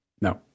No